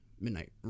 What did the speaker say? Midnight